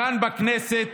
כאן, בכנסת,